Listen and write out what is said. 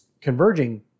converging